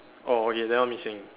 orh okay that one missing